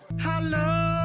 Hello